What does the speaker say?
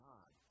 God